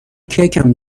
کیکم